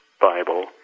Bible